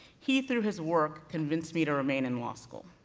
he through his work, convinced me to remain in law school.